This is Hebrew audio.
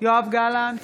יואב גלנט,